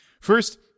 First